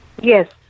Yes